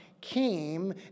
came